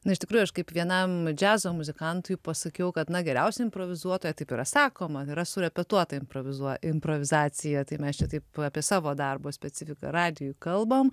na iš tikrųjų aš kaip vienam džiazo muzikantui pasakiau kad na geriausia improvizuotoja taip yra sakoma yra surepetuota improvizuo improvizacija tai mes čia taip apie savo darbo specifiką radijuj kalbam